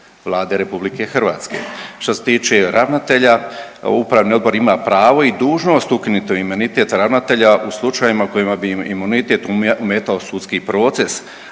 Hrvatska